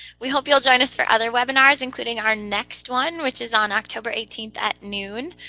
we hope you'll join us for other webinars, including our next one, which is on october eighteenth at noon.